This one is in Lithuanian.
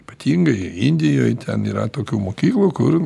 ypatingai indijoj ten yra tokių mokyklų kur